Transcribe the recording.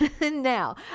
now